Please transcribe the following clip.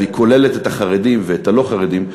והיא כוללת את החרדים ואת הלא-חרדים,